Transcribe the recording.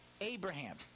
Abraham